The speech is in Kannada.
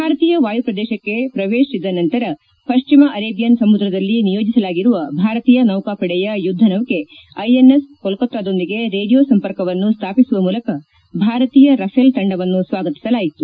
ಭಾರತೀಯ ವಾಯುಪ್ರದೇಶಕ್ಕೆ ಪ್ರವೇಶಿಸಿದ ನಂತರ ಪಶ್ಚಿಮ ಅರೇಬಿಯನ್ ಸಮುದ್ರದಲ್ಲಿ ನಿಯೋಜಿಸಲಾಗಿರುವ ಭಾರತೀಯ ನೌಕಾಪಡೆಯ ಯುದ್ದನೌಕೆ ಐಎನ್ಎಸ್ ಕೋಲ್ಕತ್ತಾದೊಂದಿಗೆ ರೇಡಿಯೊ ಸಂಪರ್ಕವನ್ನು ಸ್ಥಾಪಿಸುವ ಮೂಲಕ ಭಾರತೀಯ ರಫೇಲ್ ತಂಡವನ್ನು ಸ್ವಾಗತಿಸಲಾಯಿತು